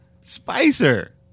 Spicer